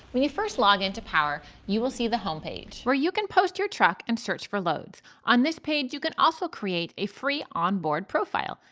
when you first log into power you will see the home page where you can post your truck and search for loads. on this page you can also create a free onboard profile,